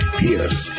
pierce